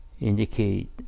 indicate